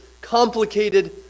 complicated